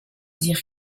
dire